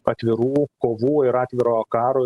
atvirų kovų ir atviro karo